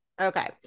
Okay